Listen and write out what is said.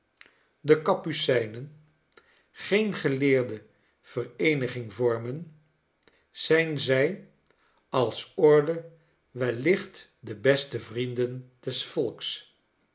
de kapucijnen geene geleerde vereeniging vormen zyn zij als orde wellicht de beste vrienden des volks